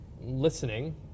listening